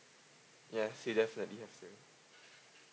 yes you definitely have it